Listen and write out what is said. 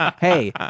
hey